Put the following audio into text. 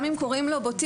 גם אם קוראים לו בוטיק,